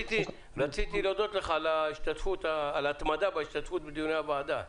רציתי להודות לך על ההתמדה בהשתתפות בדיוני הוועדה.